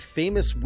famous